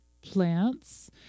plants